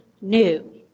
new